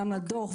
גם לדוח,